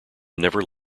never